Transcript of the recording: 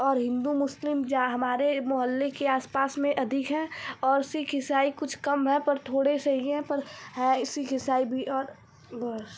और हिन्दू मुस्लिम जा हमारे मोहल्ले के आस पास में अधिक हैं और सिख इसाई कुछ कम हैं पर थोड़े से ही हैं पर हैं सिख इसाई भी और बस